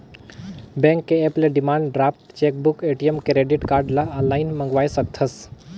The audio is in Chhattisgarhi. बेंक के ऐप ले demand draft, chequebook, ATM, credit card ल आनलाइन मंगवाये सकथस